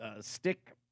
stick